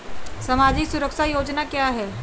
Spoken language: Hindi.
सामाजिक सुरक्षा योजना क्या है?